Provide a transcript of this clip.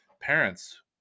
parents